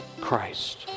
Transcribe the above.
Christ